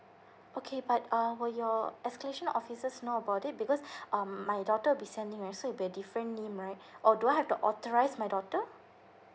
okay but um will your escalation officers know about it because um my daughter will be sending right so it'll be a different name right or do I have to authorise my daughter